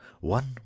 one